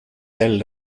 del